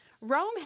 Rome